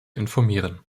informieren